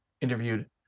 interviewed